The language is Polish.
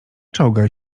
czołgaj